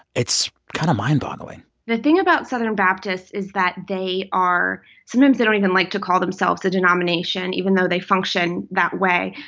it's kind of mind-boggling the thing about southern baptists is that they are sometimes, they don't even like to call themselves a denomination, even though they function that way,